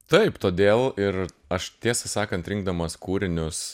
taip todėl ir aš tiesą sakant rinkdamas kūrinius